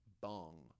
bong